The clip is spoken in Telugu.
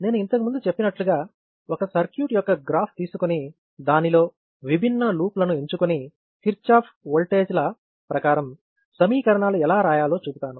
నేను ఇంతకు ముందు చెప్పినట్లుగా ఒక సర్క్యూట్ యొక్క గ్రాఫ్ తీసుకొని దానిలో విభిన్న లూప్లను ఎంచుకుని కిర్చాఫ్ ఓల్టేజ్ లా ప్రకారం సమీకరణాలు ఎలా రాయాలో చూపుతాను